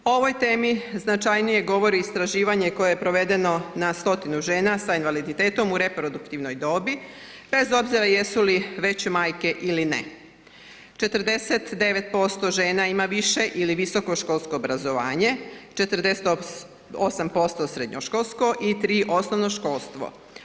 O ovoj temi značajnije govori istraživanje koje je provedeno na stotinu žena sa invaliditetom u reproduktivnoj dobi, bez obzira jesu li već majke ili ne, 49% žena ima više ili visoko školsko obrazovanje, 48% srednjoškolsko i 3 osnovnoškolstvo.